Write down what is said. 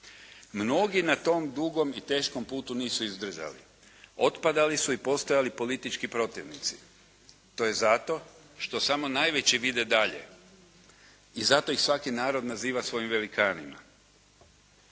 Mnogi na tom dugom i teškom putu nisu izdržali. Otpadali su i postajali politički protivnici. To je zato što samo najveći vide dalje i zato ih svaki narod naziva svojim velikanima,